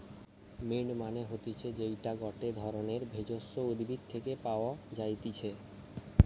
mint মানে হতিছে যেইটা গটে ধরণের ভেষজ উদ্ভিদ থেকে পাওয় যাই্তিছে